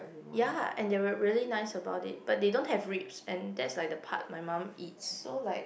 ya and they were really nice about it but they don't have ribs and that's like the part my mum eats so like